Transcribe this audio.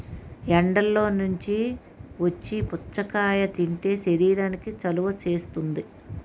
ఎండల్లో నుంచి వచ్చి పుచ్చకాయ తింటే శరీరానికి చలవ చేస్తుంది